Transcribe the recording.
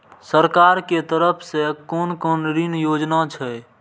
सरकार के तरफ से कोन कोन ऋण योजना छै?